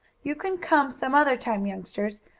you can come some other time, youngsters.